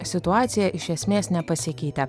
situacija iš esmės nepasikeitė